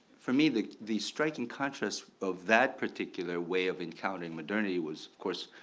for me the the striking contrast of that particular way of encountering modernity was of course,